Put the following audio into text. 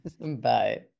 bye